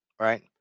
right